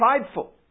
prideful